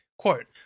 quote